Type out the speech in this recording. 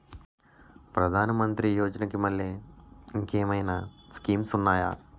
ప్రధాన మంత్రి యోజన కి మల్లె ఇంకేమైనా స్కీమ్స్ ఉన్నాయా?